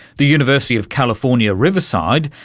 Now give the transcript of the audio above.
the university of california riverside,